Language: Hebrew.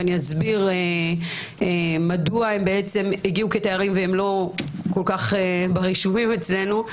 אני אסביר מדוע הם הגיעו כתיירים והם לא ברישומים אצלנו.